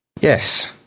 Yes